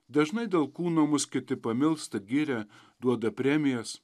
dažnai dėl kūno mus kiti pamilsta giria duoda premijas